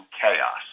chaos